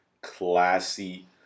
classy